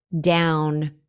down